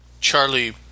Charlie